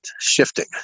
shifting